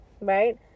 right